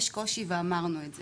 יש קושי ואמרנו את זה,